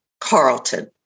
Carlton